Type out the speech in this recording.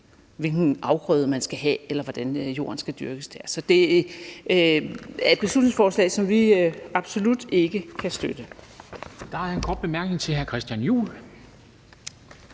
hvilken afgrøde man skal have, eller hvordan jorden skal dyrkes. Det er et beslutningsforslag, som vi absolut ikke kan støtte. Kl. 11:28 Formanden (Henrik Dam Kristensen):